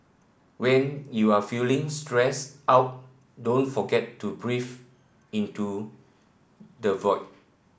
when you are feeling stressed out don't forget to breathe into the void